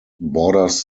borders